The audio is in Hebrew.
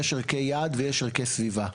יש ערכי יעד ויש ערכי סביבה,